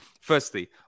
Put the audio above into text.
Firstly